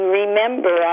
remember